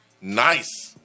nice